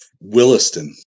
williston